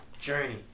journey